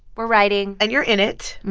we're writing and you're in it,